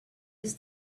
his